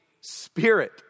Spirit